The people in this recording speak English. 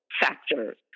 factor